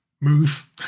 move